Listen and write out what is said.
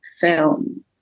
film